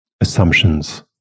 assumptions